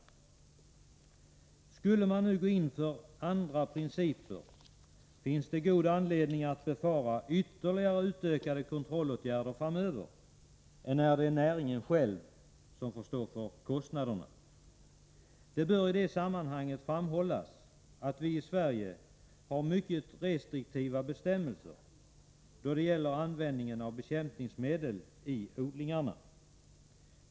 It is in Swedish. Skulle man nu gå in för andra principer, finns det god anledning att befara ytterligare utökade kontrollåtgärder framöver — enär det är näringen själv som får stå för kostnaderna. Det bör i sammanhanget framhållas att vi i Sverige har mycket restriktiva bestämmelser då det gäller användningen av bekämpningsmedel i odlingarna.